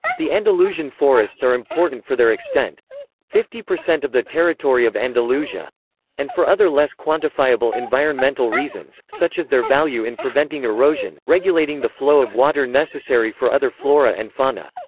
the andalusian forests are important for their extent fifty percent of the territory of andalusia and for other less quantifiable environmental reasons, such as their value in preventing erosion, regulating the flow of water necessary for other flora and fauna.